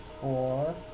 Four